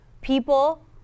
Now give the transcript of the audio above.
people